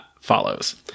follows